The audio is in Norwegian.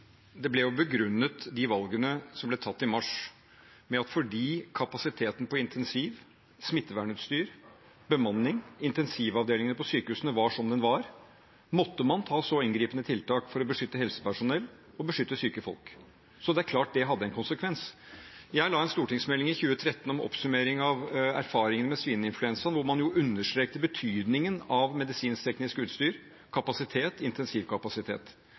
De valgene som ble tatt i mars, ble jo begrunnet med at fordi intensivkapasiteten – smittevernutstyr, bemanning på intensivavdelingene på sykehusene – var som den var, måtte man ha så inngripende tiltak for å beskytte helsepersonell og syke folk. Det er klart det hadde en konsekvens. Jeg la i 2013 fram en stortingsmelding med en oppsummering av erfaringene med svineinfluensa, der man understreket betydningen av medisinsk-teknisk utstyr, kapasitet og intensivkapasitet.